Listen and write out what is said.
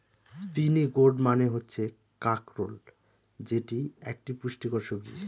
spiny gourd মানে হচ্ছে কাঁকরোল যেটি একটি পুষ্টিকর সবজি